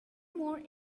more